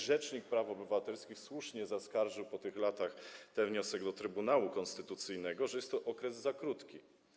Rzecznik praw obywatelskich słusznie zaskarżył to po latach, złożył ten wniosek do Trybunału Konstytucyjnego, że jest to okres za krótki.